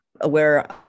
aware